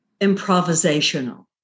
improvisational